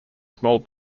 small